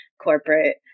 corporate